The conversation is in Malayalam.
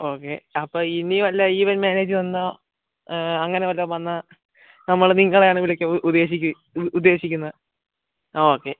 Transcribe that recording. ഓക്കെ അപ്പം ഇനി വല്ല ഇവൻറ് മാനേജ് വന്നാൽ അങ്ങനെ വല്ലതും വന്നാൽ നമ്മൾ നിങ്ങളെയാണ് വിളിക്കാൻ ഉദ്ദേശി ഉദ്ദേശിക്കുന്നത് ആ ഓക്കെ